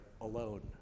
alone